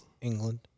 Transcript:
England